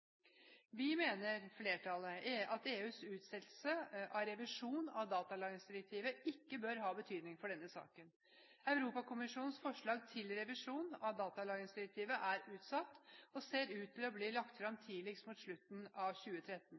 Flertallet mener at EUs utsettelse av revisjon av datalagringsdirektivet ikke bør ha betydning for denne saken. Europakommisjonens forslag til revisjon av datalagringsdirektivet er utsatt og ser ut til å bli lagt fram tidligst mot slutten av 2013.